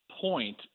point